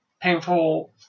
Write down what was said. Painful